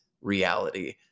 reality